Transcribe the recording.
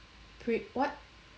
pre~ what